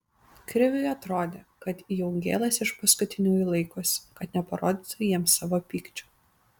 kriviui atrodė kad jaugėlas iš paskutiniųjų laikosi kad neparodytų jiems savo pykčio